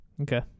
Okay